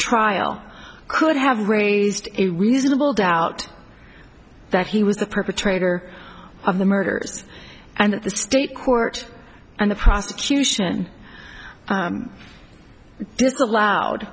trial could have raised a reasonable doubt that he was the perpetrator of the murders and the state court and the prosecution disallowed